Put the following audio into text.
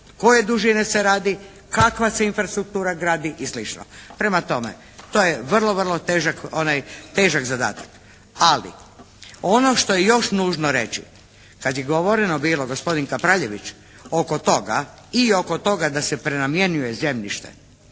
koje dužine se radi, kakva se infrastruktura gradi i slično. Prema tome, to je vrlo težak zadatak. Ali, ono što je još nužno reći kad je govoreno bilo gospodin Kapraljević oko toga i oko toga da se prenamjenjuje zemljište